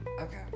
Okay